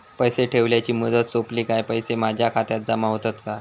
पैसे ठेवल्याची मुदत सोपली काय पैसे माझ्या खात्यात जमा होतात काय?